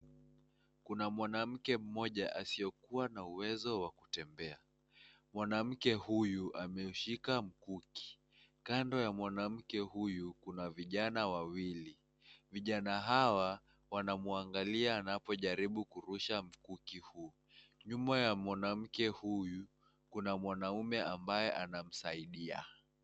Kuna mwanamke mmoja asiokuwa na uwezo wa kutembea. Mwanamke huyo ameushika mkuki. Kando ya mwanamke huyu kuna vijana wawili, vijana hawa wanamwangalia anapojaribu kurusha mkuki huu. Nyuma ya mwanamke huyu kuna mwanaume ambaye anamsaidia.